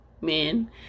men